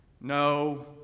No